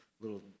little